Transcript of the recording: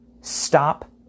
Stop